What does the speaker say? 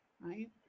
right